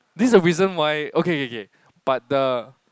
this is the reason why okay okay okay but the